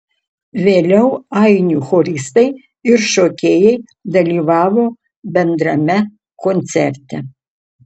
vėliau ainių choristai ir šokėjai dalyvavo bendrame koncerte